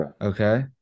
Okay